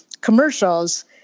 commercials